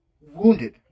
wounded